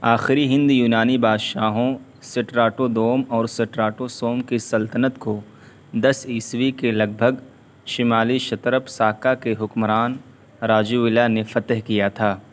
آخری ہند یونانی بادشاہوں سٹراٹو دوم اور سٹراٹو سوم کی سلطنت کو دس عیسوی کے لگ بھگ شمالی شترپ ساکا کے حکمران راجوولا نے فتح کیا تھا